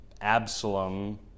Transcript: Absalom